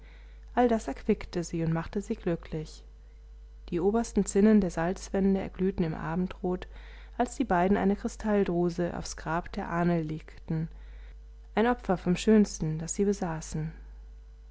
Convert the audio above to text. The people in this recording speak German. all das erquickte sie und machte sie glücklich die obersten zinnen der salzwände erglühten im abendrot als die beiden eine kristalldruse aufs grab der ahnl legten ein opfer vom schönsten das sie besaßen